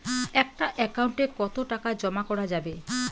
একটা একাউন্ট এ কতো টাকা জমা করা যাবে?